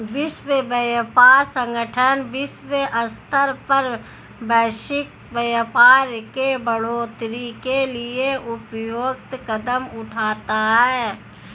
विश्व व्यापार संगठन विश्व स्तर पर वैश्विक व्यापार के बढ़ोतरी के लिए उपयुक्त कदम उठाता है